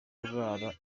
kurara